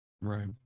Right